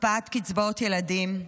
הקפאת קצבאות ילדים,